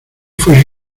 fue